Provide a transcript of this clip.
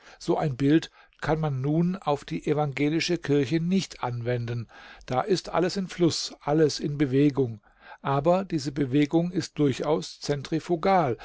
so ein bild kann man nun auf die evangelische kirche nicht anwenden da ist alles in fluß alles in bewegung aber diese bewegung ist durchaus zentrifugal